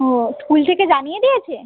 ও school থেকে জানিয়ে দিয়েছে